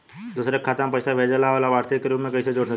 दूसरे के खाता में पइसा भेजेला और लभार्थी के रूप में कइसे जोड़ सकिले?